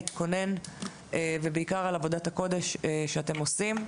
התכונן ובעיקר על עבודת הקודש שאתם עושים.